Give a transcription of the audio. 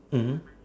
mmhmm